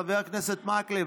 חבר הכנסת מקלב,